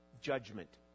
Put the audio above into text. judgment